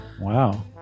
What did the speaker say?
Wow